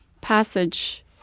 passage